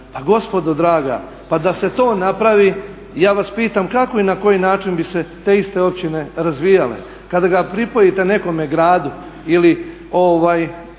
Pa gospodo draga, pa da se to napravi ja vas pitam kako i na koji način bi se te iste općine razvijale. Kada ga pripojite nekome gradu ili da